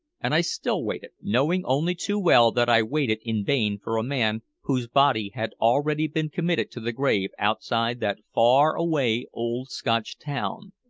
and i still waited, knowing only too well that i waited in vain for a man whose body had already been committed to the grave outside that far-away old scotch town.